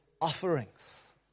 offerings